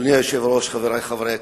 אדוני היושב-ראש, חברי חברי הכנסת,